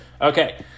okay